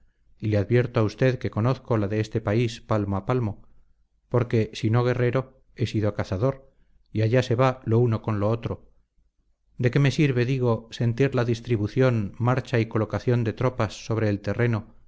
le advierto a usted que conozco la de este país palmo a palmo porque si no guerrero he sido cazador y allá se va lo uno con lo otro de qué me sirve digo sentir la distribución marcha y colocación de tropas sobre el terreno